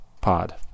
pod